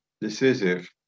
decisive